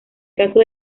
caso